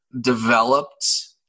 developed